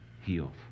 healed